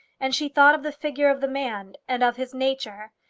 and she thought of the figure of the man and of his nature,